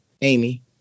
Amy